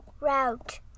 route